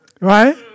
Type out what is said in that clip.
Right